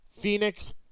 Phoenix